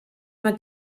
mae